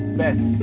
best